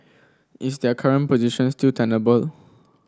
is their current position still tenable